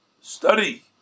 study